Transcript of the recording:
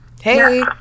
Hey